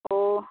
ꯑꯣ